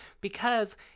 because-